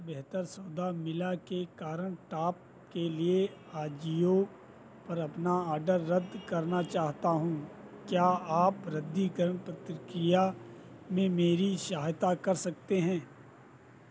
बेहतर सौदा मिलने के कारण टॉप के लिए ऑजियो पर अपना ऑर्डर रद्द करना चाहता हूँ क्या आप रद्दीकरण प्रतिक्रिया में मेरी सहायता कर सकते हैं